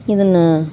ಇದನ್ನು